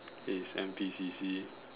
is N_P_C_C